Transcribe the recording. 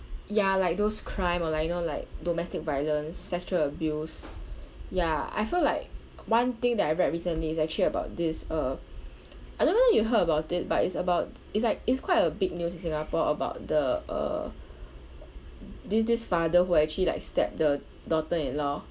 ya like those crime or like you know like domestic violence sexual abuse ya I feel like one thing that I read recently is actually about this uh I don't know if you heard about it but it's about it's like it's quite a big news in singapore about the uh this this father who actually like stabbed the daughter-in-law